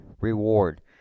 reward